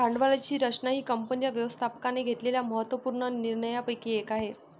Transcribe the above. भांडवलाची रचना ही कंपनीच्या व्यवस्थापकाने घेतलेल्या महत्त्व पूर्ण निर्णयांपैकी एक आहे